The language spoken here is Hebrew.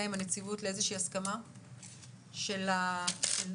עם הנציבות לאיזו שהיא הסכמה של העקרונות